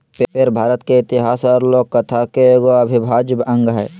पेड़ भारत के इतिहास और लोक कथा के एगो अविभाज्य अंग हइ